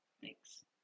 Thanks